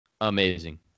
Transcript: Amazing